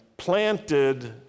Planted